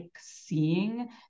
seeing